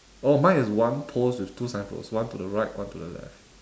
oh mine is one post with two signpost one to the right one to the left